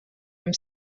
amb